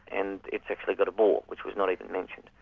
and it's actually got a bore, which was not even mentioned,